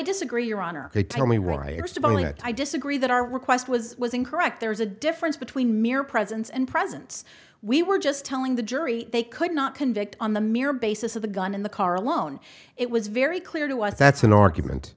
disagree your honor they tell me rights of only that i disagree that our request was was incorrect there was a difference between mere presence and presence we were just telling the jury they could not convict on the mere basis of the gun in the car alone it was very clear to us that's an argument